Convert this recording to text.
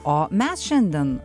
o mes šiandien